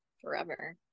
forever